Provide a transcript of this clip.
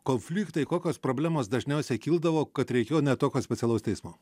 konfliktai kokios problemos dažniausiai kildavo kad reikėjo net tokio specialaus teismo